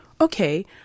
Okay